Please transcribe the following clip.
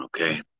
okay